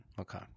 okay